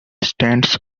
stands